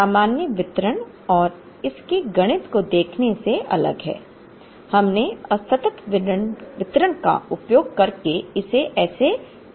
सामान्य वितरण और इसके गणित को देखने से अलग है हमने असतत वितरण का उपयोग करके इसे कैसे हल किया